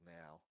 now